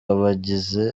abagize